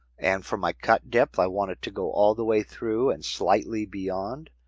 and for my cut depth, i want it to go all the way through and slightly beyond.